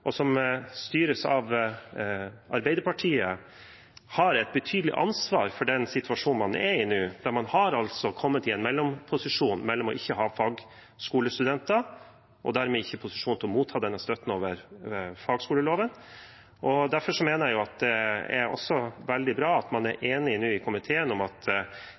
og som styres av Arbeiderpartiet, har et betydelig ansvar for den situasjonen man er i nå. Man har kommet i en mellomposisjon, der man ikke har fagskolestudenter og dermed ikke er i posisjon til å motta støtte etter fagskoleloven. Derfor mener jeg at det også er veldig bra at man i komiteen nå er enige om at